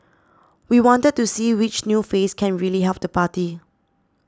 we wanted to see which new face can really help the party